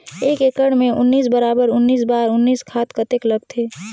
एक एकड़ मे उन्नीस बराबर उन्नीस बराबर उन्नीस खाद कतेक लगथे?